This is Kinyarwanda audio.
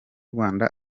rwanda